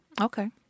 Okay